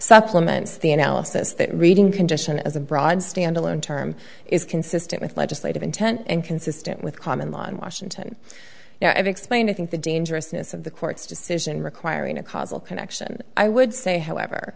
supplements the analysis that reading condition as a broad standalone term is consistent with legislative intent and consistent with common law in washington now i've explained i think the dangerousness of the court's decision requiring a causal connection i would say however